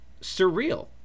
surreal